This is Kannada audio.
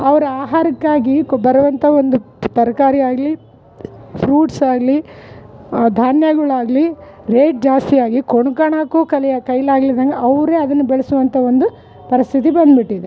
ಅವರ ಆಹಾರಕ್ಕಾಗಿ ಬರುವಂಥ ಒಂದು ತರ್ಕಾರಿ ಆಗಲಿ ಫ್ರೂಟ್ಸ್ ಆಗಲಿ ಧಾನ್ಯಗಳ್ ಆಗಲಿ ರೇಟ್ ಜಾಸ್ತಿಯಾಗಿ ಕೊಂಡ್ಕೋನಕ್ಕು ಕಲಿಯ ಕೈಲಾಗ್ಲಿದಂಗೆ ಅವರೇ ಅದನ್ನ ಬೆಳ್ಸೋ ಅಂಥ ಒಂದು ಪರಿಸ್ಥಿತಿ ಬಂದ್ಬಿಟ್ಟಿದೆ